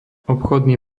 obchodný